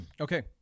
Okay